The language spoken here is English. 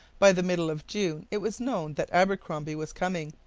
by the middle of june it was known that abercromby was coming.